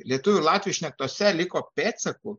lietuvių ir latvių šnektose liko pėdsakų